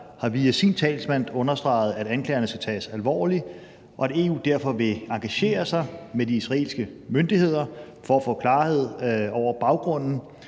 har via sin talsmand understreget, at anklagerne skal tages alvorligt, og at EU derfor vil engagere sig med de israelske myndigheder for at få klarhed over baggrunden.